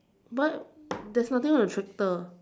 but there's nothing on the tractor